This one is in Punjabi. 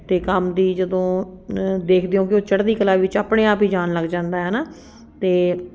ਅਤੇ ਕੰਮ ਦੀ ਜਦੋਂ ਦੇਖਦੇ ਹੋ ਕਿ ਉਹ ਚੜ੍ਹਦੀ ਕਲਾ ਵਿੱਚ ਆਪਣੇ ਆਪ ਹੀ ਜਾਣ ਲੱਗ ਜਾਂਦਾ ਹੈ ਨਾ ਅਤੇ